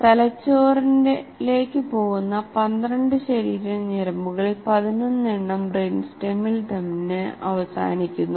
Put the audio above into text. തലച്ചോറിലേക്ക് പോകുന്ന 12 ശരീര ഞരമ്പുകളിൽ 11 എണ്ണം ബ്രെയിൻസ്റെമ്മിൽ തന്നെ അവസാനിക്കുന്നു